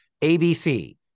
ABC